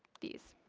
these.